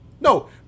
no